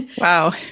Wow